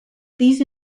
these